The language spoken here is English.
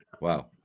Wow